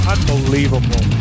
Unbelievable